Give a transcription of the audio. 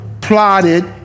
plotted